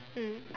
mm